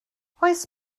oes